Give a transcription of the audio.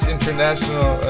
International